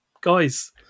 guys